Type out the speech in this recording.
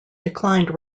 declined